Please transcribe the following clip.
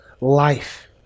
life